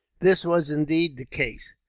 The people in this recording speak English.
this was indeed the case.